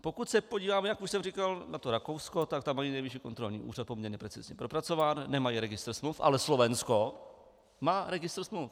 Pokud se podíváme, jak už jsem říkal, na to Rakousko, tak tam je nejvyšší kontrolní úřad poměrně precizně propracován, nemají registr smluv, ale Slovensko má registr smluv.